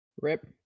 Rip